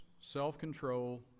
self-control